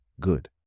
good